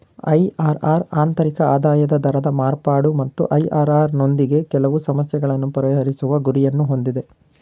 IRR ಆಂತರಿಕ ಆದಾಯದ ದರದ ಮಾರ್ಪಾಡು ಮತ್ತು ಐ.ಆರ್.ಆರ್ ನೊಂದಿಗೆ ಕೆಲವು ಸಮಸ್ಯೆಗಳನ್ನು ಪರಿಹರಿಸುವ ಗುರಿಯನ್ನು ಹೊಂದಿದೆ